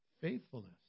faithfulness